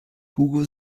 hugo